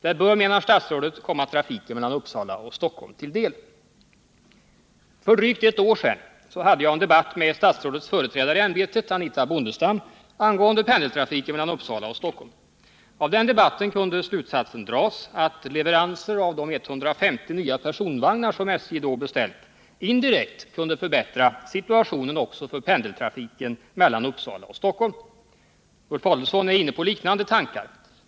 Detta bör, menar statsrådet, komma trafiken mellan Uppsala och Stockholm till del. För drygt ett år sedan hade jag en debatt med statsrådets företrädare i ämbetet, Anitha Bondestam, angående pendeltrafiken mellan Uppsala och Stockholm. Av den debatten kunde slutsatsen dras, att leveransen av de 150 nya personvagnar som SJ då beställt indirekt kunde förbättra situationen också för pendeltrafiken mellan Uppsala och Stockholm. Ulf Adelsohn är inne på liknande tankar.